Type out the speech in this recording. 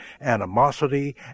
animosity